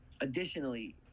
Additionally